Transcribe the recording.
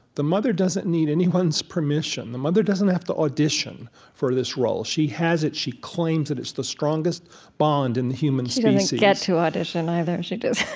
the mother doesn't need anyone's permission. the mother doesn't have to audition for this role. she has it, she claims it, it's the strongest bond in the human species she doesn't get to audition either. she just,